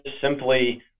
simply